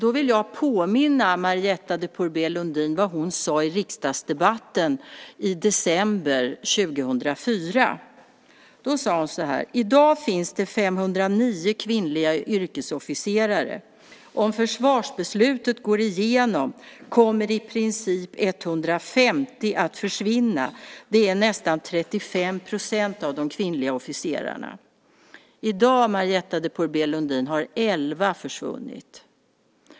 Jag vill påminna Marietta de Pourbaix-Lundin om vad hon sade i riksdagsdebatten i december 2004. Då sade hon nämligen: I dag finns det 509 kvinnliga yrkesofficerare. Om försvarsbeslutet går igenom kommer i princip 150 att försvinna. Det är nästan 35 % av de kvinnliga officerarna. I dag, Marietta de Pourbaix-Lundin, har elva försvunnit.